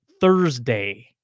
Thursday